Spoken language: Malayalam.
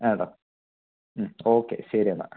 മ്മ് ഓക്കെ ശരി എന്നാൽ